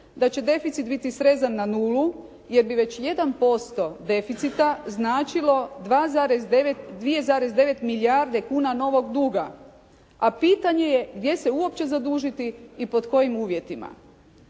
da će deficit biti srezan na nulu jer bi već jedan posto deficita značilo 2,9, 2,9 milijarde kuna novog duga. A pitanje je gdje se uopće zadužiti i pod kojim uvjetima.